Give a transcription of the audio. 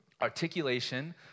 Articulation